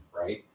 right